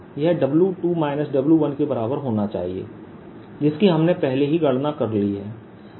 यह W2 W1 के बराबर होना चाहिए जिसकी हमने पहले ही गणना कर ली है